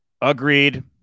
agreed